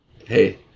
hey